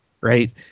right